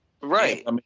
Right